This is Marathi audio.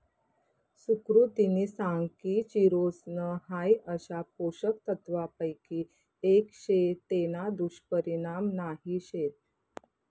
सुकृतिनी सांग की चिरोसन हाई अशा पोषक तत्वांपैकी एक शे तेना दुष्परिणाम नाही शेत